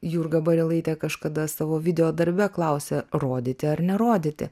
jurga barilaitė kažkada savo video darbe klausia rodyti ar nerodyti